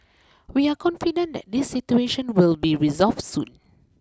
we are confident that this situation will be resolved soon